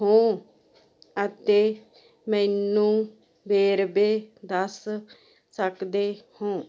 ਹੋ ਅਤੇ ਮੈਨੂੰ ਵੇਰਵੇ ਦੱਸ ਸਕਦੇ ਹੋ